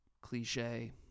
cliche